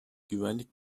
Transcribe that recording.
güvenlik